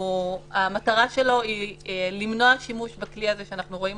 שמטרתו למנוע שימוש בכלי שאנחנו רואים